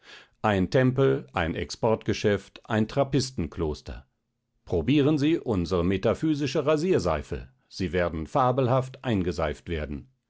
ein tempel ein exportgeschäft ein trappistenkloster probieren sie unsere metaphysische rasierseife sie werden fabelhaft eingeseift werden